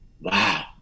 wow